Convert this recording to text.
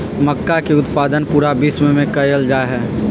मक्का के उत्पादन पूरा विश्व में कइल जाहई